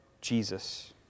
Jesus